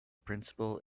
principal